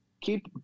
keep